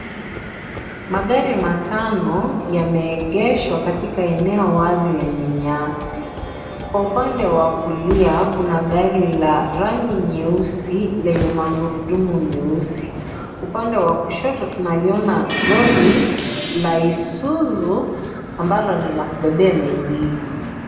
Magari matano yameegeshwa katika eneo wazi lenye nyasi. Kwa upande wa kulia, kuna gari la rangi nyeusi lenye magurudumu meusi. Upande wa kushoto tunaliona, lori la Isuzu ambalo ni la kubebea mizigo.